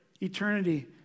eternity